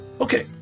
Okay